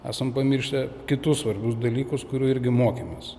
esam pamiršę kitus svarbius dalykus kurių irgi mokymas